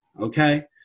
okay